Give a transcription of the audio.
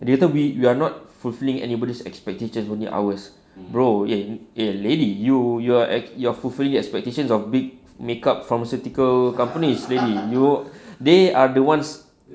dia kata we we're not fulfilling anybody's expectations only ours bro eh lady you you're at you're fulfilling expectations of big makeup pharmaceutical company is really you they are the ones